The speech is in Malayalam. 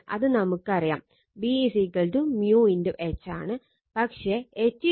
അത് നമുക്ക് അറിയാം B μ H ആണ്